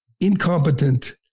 incompetent